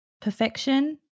perfection